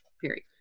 period